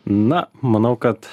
na manau kad